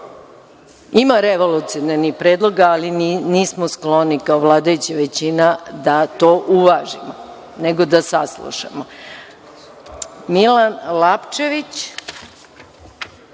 Ima revolucionarnih predloga, ali nismo skloni, kao vladajuća većina, da to uvažimo, nego da saslušamo. Još